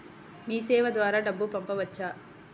మీసేవ ద్వారా డబ్బు పంపవచ్చా?